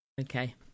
Okay